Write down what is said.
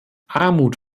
armut